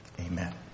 amen